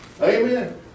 amen